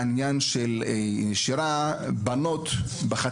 ההבדל בין בנים לבנות בנושא הנשירה הוא שבגיל